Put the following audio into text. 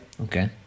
Okay